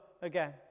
again